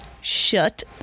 Shut